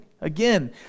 Again